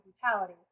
brutality